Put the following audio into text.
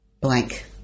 Blank